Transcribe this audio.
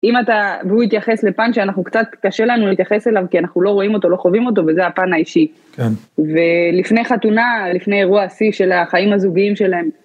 אם אתה, והוא התייחס לפן שאנחנו קצת קשה לנו להתייחס אליו כי אנחנו לא רואים אותו, לא חווים אותו, וזה הפן האישי. כן. ולפני חתונה, לפני אירוע השיא של החיים הזוגיים שלהם.